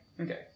Okay